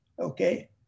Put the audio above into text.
okay